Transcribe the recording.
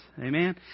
Amen